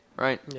Right